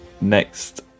next